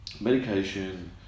Medication